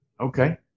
Okay